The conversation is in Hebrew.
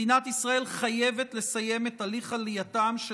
מדינת ישראל חייבת לסיים את הליך עלייתם של